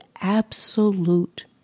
absolute